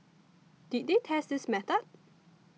did they test this method